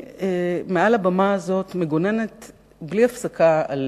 מעל הבמה הזאת אני מגוננת בלי הפסקה על